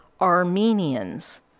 Armenians